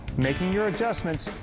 making your adjustments,